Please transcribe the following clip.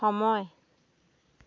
সময়